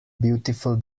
beautiful